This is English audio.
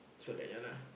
so like ya lah